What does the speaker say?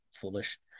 foolish